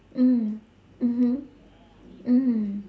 mm mmhmm mm